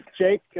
Jake